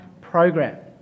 program